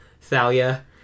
thalia